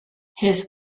his